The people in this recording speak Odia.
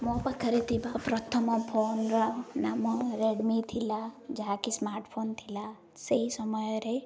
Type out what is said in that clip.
ମୋ ପାଖରେ ଥିବା ପ୍ରଥମ ଫୋନ୍ର ନାମ ରେଡ଼ମି ଥିଲା ଯାହାକି ସ୍ମାର୍ଟଫୋନ୍ ଥିଲା ସେହି ସମୟରେ